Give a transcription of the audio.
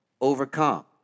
overcome